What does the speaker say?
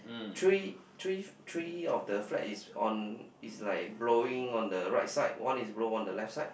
three three three of the flags is on is like blowing on the right side on is blow on the left side